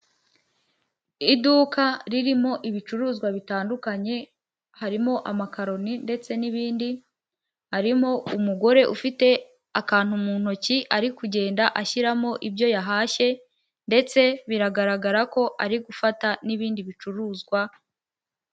Iduka ririmo ibicuruzwa bitandukanye harimo amakaroni ndetse n'ibindi, harimo umugore ufite akantu mu ntoki ari kugenda ashyiramo ibyo yahashye ndetse biragaragara ko ari gufata n'ibindi bicuruzwa.